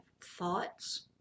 thoughts